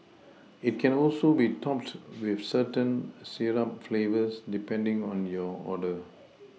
it can also be topped with certain syrup flavours depending on your order